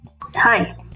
Hi